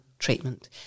treatment